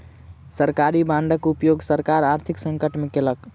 सरकारी बांडक उपयोग सरकार आर्थिक संकट में केलक